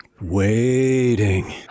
waiting